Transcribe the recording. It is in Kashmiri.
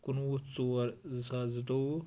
کُنوُہ ژور زٕ ساس زٕتووُہ